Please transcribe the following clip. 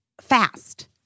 fast